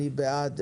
אני בעד.